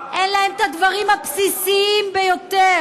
אין להם את הדברים הבסיסיים ביותר.